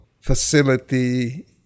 facility